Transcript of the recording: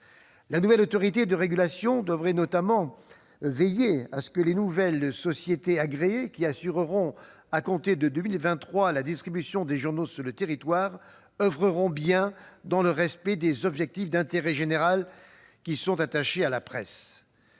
La nouvelle autorité de régulation devrait notamment veiller à ce que les nouvelles sociétés agréées qui assureront, à compter de 2023, la distribution des journaux sur le territoire oeuvreront bien dans le respect des objectifs d'intérêt général attachés à la presse.